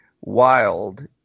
Wild